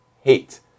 hate